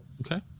Okay